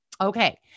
Okay